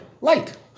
Light